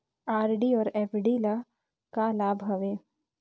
RD अऊ FD ल का लाभ हवे?